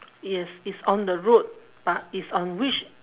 yes it's on the road but it's on which